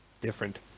different